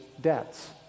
debts